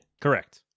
Correct